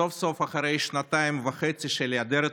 סוף-סוף, אחרי שנתיים וחצי של היעדר תקציב,